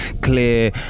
clear